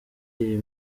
iyi